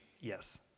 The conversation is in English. Yes